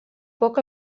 poc